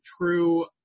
true –